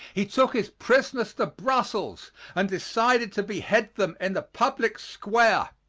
he took his prisoners to brussels and decided to behead them in the public square.